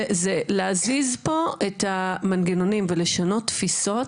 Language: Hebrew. להזיז פה את המנגנונים ולשנות תפיסות,